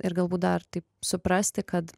ir galbūt dar taip suprasti kad